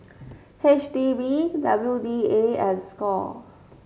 H D B W D A and Score